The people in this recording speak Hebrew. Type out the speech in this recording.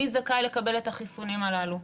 מי זכאי לקבל את החיסונים הללו,